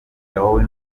wowe